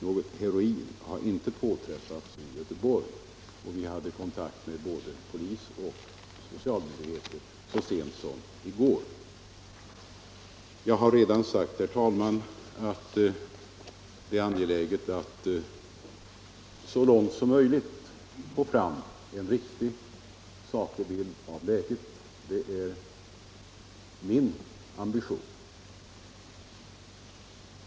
Något heroin har inte påträffats i Göteborg, och vi hade så sent som i går kontakter med polisoch socialmyndigheterna. Jag har, herr talman, redan sagt att det är angeläget att så långt det är möjligt få fram en saklig och riktig bild av läget. Det är min ambition.